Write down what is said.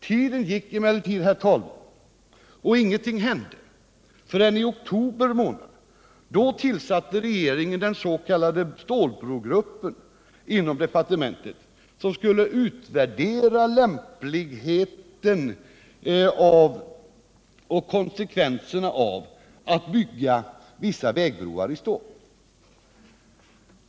Tiden gick emellertid och inget hände förrän i oktober, då regeringen tillsatte den s.k. stålbrogruppen inom departementet som skulle utvärdera lämpligheten och konsekvenserna av att bygga vissa vägbroar i stål.